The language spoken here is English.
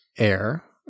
air